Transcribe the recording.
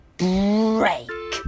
break